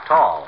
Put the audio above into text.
Tall